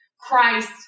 Christ